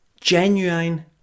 genuine